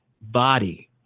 body